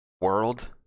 world